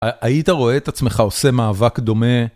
היית רואה את עצמך עושה מאבק דומה?